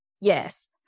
Yes